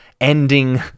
Ending